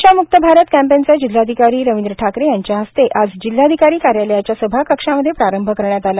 नशाम्क्त भारत कॅम्पेनचा जिल्हाधिकारी रविंद्र ठाकरे यांच्या हस्ते आज जिल्हाधिकारी कार्यालयाच्या सभा कक्षामध्ये प्रारंभ करण्यात आला